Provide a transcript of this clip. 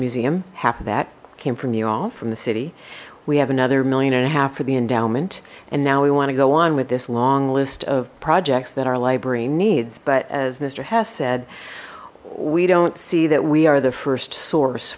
museum half of that came from you all from the city we have another million and a half for the endowment and now we want to go on with this long list of projects that our library needs but as mister hess said we don't see that we are the first source